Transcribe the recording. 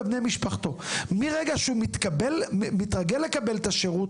מהרגע שהוא מתרגל לקבל את השירות